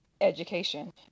education